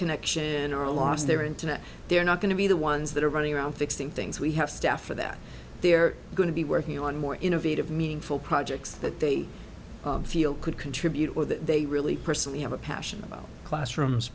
connection or lost their internet they're not going to be the ones that are running around fixing things we have staff or that they're going to be working on more innovative meaningful projects that they feel could contribute or that they really personally have a passion about classroom